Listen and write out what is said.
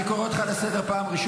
ראית פעם?